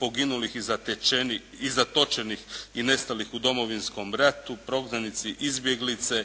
poginulih i zatočenih i nestalih u Domovinskom ratu, prognanici, izbjeglice,